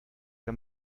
que